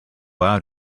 out